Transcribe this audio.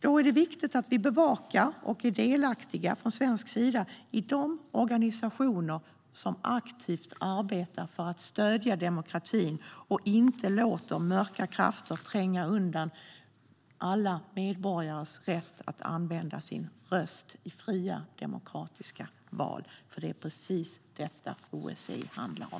Då är det viktigt att vi bevakar och från svensk sida är delaktiga i de organisationer som aktivt arbetar för att stödja demokratin och inte låter mörka krafter tränga undan alla medborgares rätt att använda sin röst i fria demokratiska val. Det är precis detta OSSE handlar om.